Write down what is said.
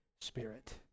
Spirit